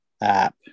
app